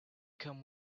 come